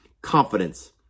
confidence